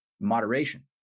moderation